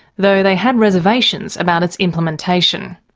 although they had reservations about its implementation.